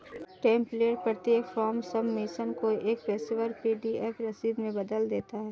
template प्रत्येक form submission को एक पेशेवर पी.डी.एफ रसीद में बदल देता है